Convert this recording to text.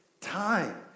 time